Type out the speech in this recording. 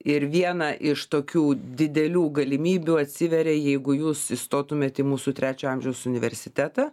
ir viena iš tokių didelių galimybių atsiveria jeigu jūs įstotumėt į mūsų trečio amžiaus universitetą